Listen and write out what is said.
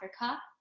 Africa